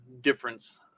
difference